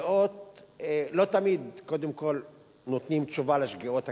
לא תמיד נותנים תשובה לשגיאות הקיימות.